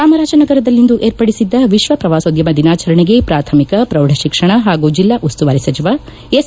ಚಾಮರಾಜನಗರದಲ್ಲಿಂದು ಏರ್ಪಡಿಸಿದ್ದ ವಿಶ್ವಪ್ರವಾಸೋದ್ಯಮ ದಿನಾಚರಣೆಗೆ ಪ್ರಾಥಮಿಕ ಪ್ರೌಢಶಿಕ್ಷಣ ಹಾಗೂ ಜಿಲ್ಲಾ ಉಸ್ತುವಾರಿ ಸಚಿವ ಎಸ್